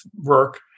work